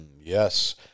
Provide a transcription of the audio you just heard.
Yes